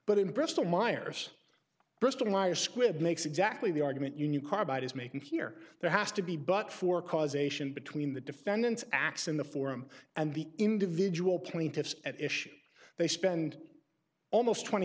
but in bristol myers bristol myers squibb makes exactly the argument you knew carbide is making here there has to be but for causation between the defendants acts in the forum and the individual plaintiffs at issue they spend almost twenty